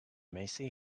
massey